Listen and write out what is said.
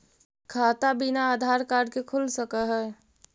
खाता बिना आधार कार्ड के खुल सक है?